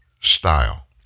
style